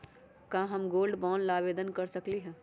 का हम gold bond ला आवेदन कर सकली ह?